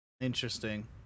interesting